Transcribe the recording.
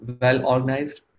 well-organized